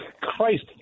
Christ